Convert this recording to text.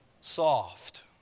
Soft